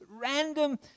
random